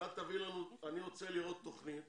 אני רוצה לראות תוכנית